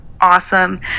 awesome